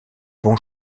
bon